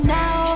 now